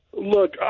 Look